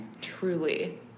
Truly